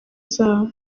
zabo